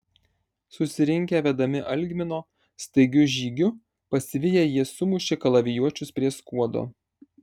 susirinkę vedami algmino staigiu žygiu pasiviję jie sumušė kalavijuočius prie skuodo